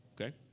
okay